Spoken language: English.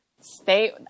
stay